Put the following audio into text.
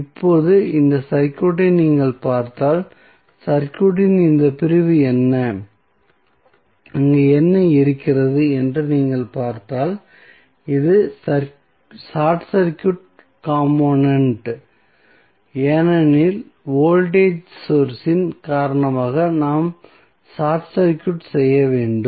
இப்போது இந்த சர்க்யூட்டை நீங்கள் பார்த்தால் சர்க்யூட்டின் இந்த பிரிவு என்ன அங்கு என்ன இருக்கிறது என்று நீங்கள் பார்த்தால் இது ஷார்ட் சர்க்யூட் கம்பார்ட்மெண்ட் ஏனெனில் வோல்டேஜ் சோர்ஸ் இன் காரணமாக நாம் ஷார்ட் சர்க்யூட் செய்ய வேண்டும்